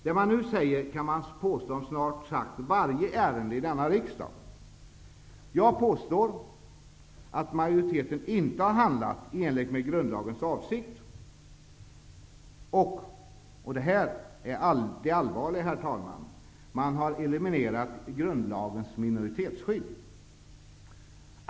Detta kan påstås om snart sagt varje ärende i denna riksdag. Jag påstår att majoriteten inte har handlat i enlighet med grundlagens avsikt och -- och detta är det allvarliga, herr talman -- har därmed eliminerat grundlagens minoritetsskydd.